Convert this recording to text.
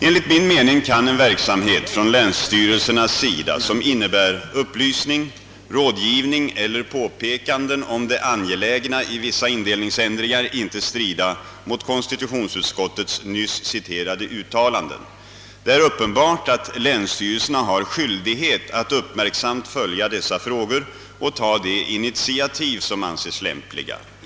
Enligt min mening kan en verksamhet från länsstyrelsernas sida, som innebär upplysning, rådgivning eller påpekanden om det angelägna i vissa indelningsändringar, inte strida mot kon stitutionsutskottets nyss citerade uttalanden. Det är uppenbart att länsstyrelserna har skyldighet att uppmärksamt följa dessa frågor och ta de initiativ som anses lämpliga.